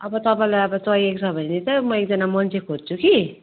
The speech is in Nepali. अब तपाईँलाई अब चाहिएको छ भने चाहिँ म एकजना मान्छे खोज्छु कि